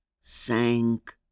sank